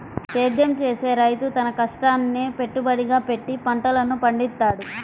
సేద్యం చేసే రైతు తన కష్టాన్నే పెట్టుబడిగా పెట్టి పంటలను పండిత్తాడు